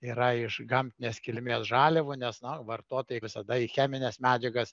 yra iš gamtinės kilmės žaliavų nes na vartotojai visada į chemines medžiagas